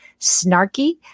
snarky